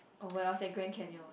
oh well it's at Grand-Canyon